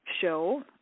show